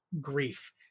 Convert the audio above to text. grief